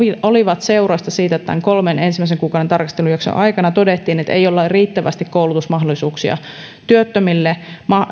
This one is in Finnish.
olivat seurausta siitä että tämän kolmen ensimmäisen kuukauden tarkastelujakson aikana todettiin että ei ole riittävästi koulutusmahdollisuuksia ja mahdollisuuksia työttömille